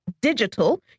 digital